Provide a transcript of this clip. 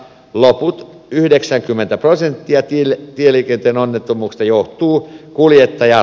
loput yhdeksänkymmentä prosenttia kielet tieliikenteen onnettomuus johtuu kuljettaja